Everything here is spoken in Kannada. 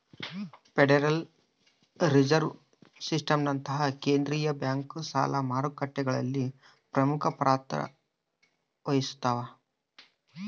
ಫೆಡರಲ್ ರಿಸರ್ವ್ ಸಿಸ್ಟಮ್ನಂತಹ ಕೇಂದ್ರೀಯ ಬ್ಯಾಂಕು ಸಾಲ ಮಾರುಕಟ್ಟೆಗಳಲ್ಲಿ ಪ್ರಮುಖ ಪಾತ್ರ ವಹಿಸ್ತವ